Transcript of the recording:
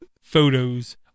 photos